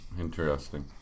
interesting